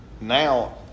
now